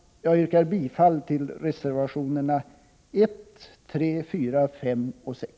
Jag yrkar bifall till reservationerna 1, 3, 4, 5 och 6.